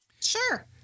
Sure